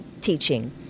teaching